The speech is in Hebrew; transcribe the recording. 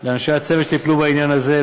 לאנשי הצוות שטיפלו בעניין הזה,